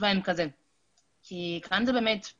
תקופה כי כאן זה הבית.